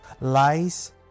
Lies